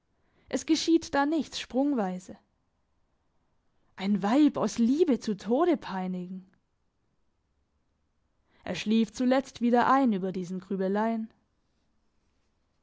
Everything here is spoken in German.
es geschieht da nichts sprungweise ein weib aus liebe zu tode peinigen er schlief zuletzt wieder ein über diese grübeleien